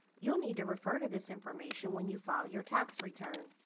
you'll need to refer to this information when you file your tax return.